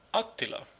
attila,